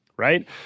right